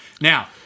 Now